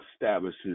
establishes